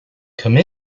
come